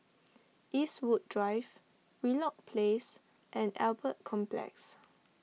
Eastwood Drive Wheelock Place and Albert Complex